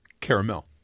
caramel